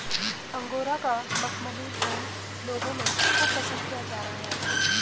angora का मखमली ऊन लोगों में खूब पसंद किया जा रहा है